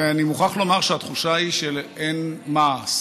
ואני מוכרח לומר שהתחושה היא שאין מעש,